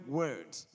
words